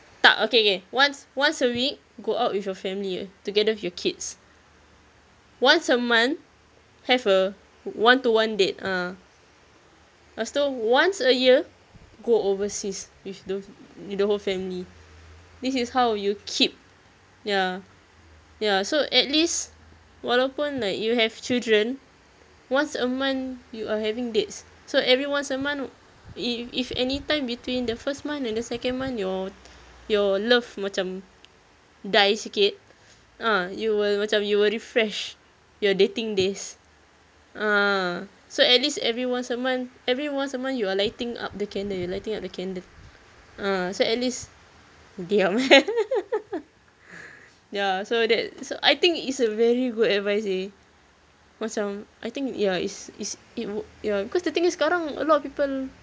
tak okay okay okay once once a week go out with your family together with your kids once a month have a one to one date a'ah lepas tu once a year go overseas with the with the whole family this is how you keep ya ya so at least walaupun like you have children once a month you are having dates so every once a month if if any time between the first month and the second month your your love macam die sikit ah you will macam you will refresh your dating days a'ah so at least every once a month every once a month you are lighting up the candle you're lighting up the candle ah so at least diam eh ya so that so I think it's a very good advice seh macam I think ya it's it's it w~ ya cause the thing is sekarang a lot of people